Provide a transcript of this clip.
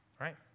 Right